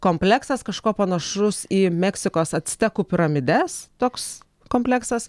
kompleksas kažkuo panašus į meksikos actekų piramides toks kompleksas